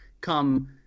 come